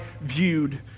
viewed